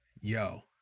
yo